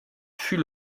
fut